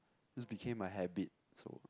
it just became a habit so